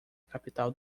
capital